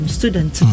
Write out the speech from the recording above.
Student